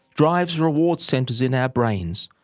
drives reward centres in our brains,